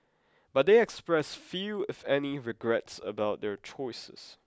but they expressed few if any regrets about their choices